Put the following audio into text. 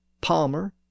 palmer